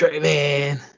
Man